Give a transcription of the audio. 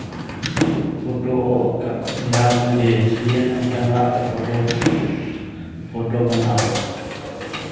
फोटोके विवाहमे जे घिचलियै ने ओ कैमराके फोटो ओ फोटो बनाबै